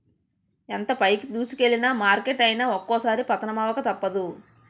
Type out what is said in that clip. ఎంత పైకి దూసుకెల్లిన మార్కెట్ అయినా ఒక్కోసారి పతనమవక తప్పదు